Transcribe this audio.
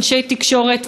אנשי תקשורת,